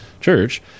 church